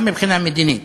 גם מבחינה מדינית.